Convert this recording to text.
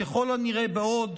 ככל הנראה בעוד